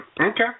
Okay